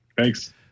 Thanks